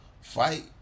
fight